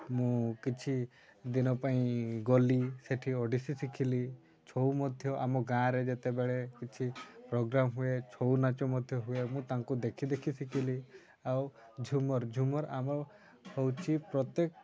ମୁଁ କିଛି ଦିନ ପାଇଁ ଗଲି ସେଠି ଓଡ଼ିଶୀ ଶିଖିଲି ଛଉ ମଧ୍ୟ ଆମ ଗାଁରେ ଯେତେବେଳେ କିଛି ପ୍ରୋଗ୍ରାମ୍ ହୁଏ ଛଉ ନାଚ ମଧ୍ୟ ହୁଏ ମୁଁ ତାଙ୍କୁ ଦେଖି ଦେଖି ଶିଖିଲି ଆଉ ଝୁମର୍ ଝୁମର୍ ଆମ ହେଉଛି ପ୍ରତ୍ୟେକ